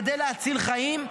כדי להציל חיים,